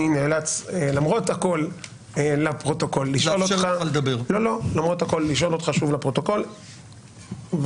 למרות הכול אני נאלץ לשאול אותך שוב לפרוטוקול,